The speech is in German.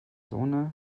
sonne